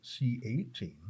c18